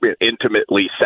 intimately